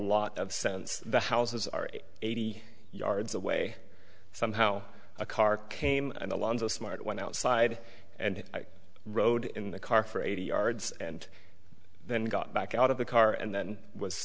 lot of sense the houses are eighty yards away somehow a car came and alonzo smart went outside and rode in the car for eighty yards and then got back out of the car and then was